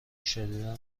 شدیدا